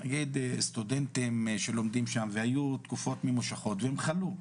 נגיד סטודנטים שלומדים שם והיו תקופות ממושכות והם חלו,